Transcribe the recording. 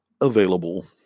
available